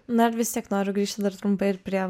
na ir vis tiek noriu grįžti dar trumpai ir prie